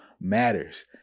matters